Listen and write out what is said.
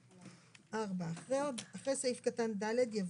"(4) אחרי סעיף קטן (ד) יבוא: